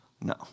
No